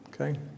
Okay